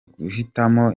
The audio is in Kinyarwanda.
guhitamo